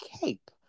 cape